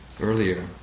earlier